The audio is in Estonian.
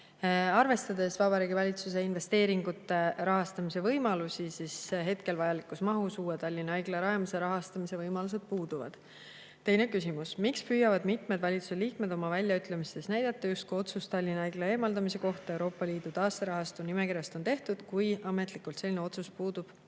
Arvestades Vabariigi Valitsuse investeeringute rahastamise võimalusi, hetkel vajalikus mahus uue Tallinna Haigla rajamise rahastamiseks võimalused puuduvad. Teine küsimus: "Miks püüavad mitmed valitsuse liikmed oma väljaütlemistes näidata, justkui otsus Tallinna Haigla eemaldamise kohta Euroopa Liidu taasterahastu nimekirjast on tehtud, kui ametlikult selline otsus puudub?"